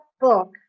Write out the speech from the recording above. book